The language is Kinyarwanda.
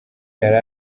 yari